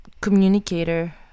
communicator